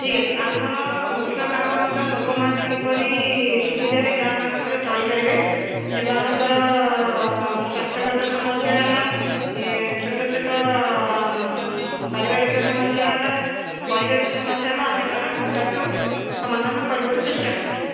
ଠିକ୍ ଅଛି ଆମର ମୁଖ୍ୟ କାମ ହେଲା ଲୋକମାନେ କିପରି ସୁବିଧାରେ ଗାଁମାନଙ୍କରେ ଚଳିପାରିବେ ସେମାନଙ୍କର ସ୍ଵାସ୍ଥ୍ୟଗତ ସମସ୍ୟା ହେଲା ଛୋଟ ଛୋଟ ପାରିବାରିକ ସମସ୍ୟା ହେଲା ପରିବେଶ ସମସ୍ୟା ହେଲା ଆମେ ତା'ର ଠିକ୍ ଠାକ୍ ସମାଧାନ କରିବାକୁ ଚେଷ୍ଟା କରୁଛୁ